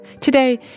Today